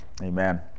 amen